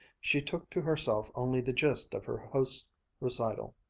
she took to herself only the gist of her host's recital.